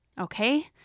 Okay